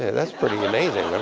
that's pretty amazing.